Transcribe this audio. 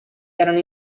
erano